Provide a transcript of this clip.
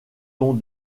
ton